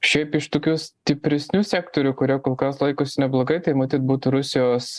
šiaip iš tokių stipresnių sektorių kurie kol kas laikosi neblogai tai matyt būtų rusijos